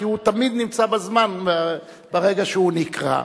כי הוא תמיד נמצא בזמן ברגע שהוא נקרא.